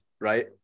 right